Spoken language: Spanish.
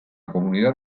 comunidad